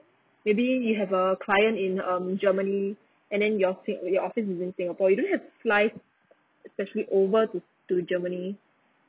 maybe you have a client in um germany and then your offi~ your office is in singapore you don't have to fly specially over to to germany